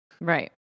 Right